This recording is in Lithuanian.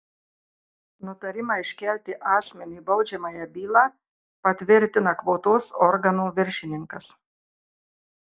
nutarimą iškelti asmeniui baudžiamąją bylą patvirtina kvotos organo viršininkas